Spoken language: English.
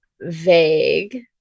vague